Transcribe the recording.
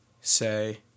say